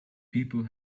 people